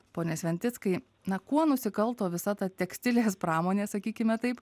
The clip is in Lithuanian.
pone sventickai na kuo nusikalto visa ta tekstilės pramonė sakykime taip